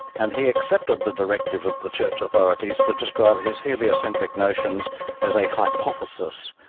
and he accepted the directive of the church authorities to describe his heliocentric notions as a hypothesis,